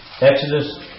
Exodus